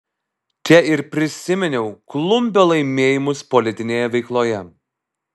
čia ir prisiminiau klumbio laimėjimus politinėje veikloje